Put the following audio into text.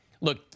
Look